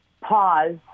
pause